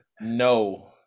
No